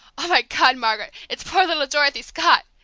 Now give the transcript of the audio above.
oh, my god, margaret! it's poor little dorothy scott!